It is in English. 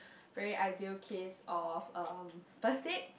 very ideal case of um first date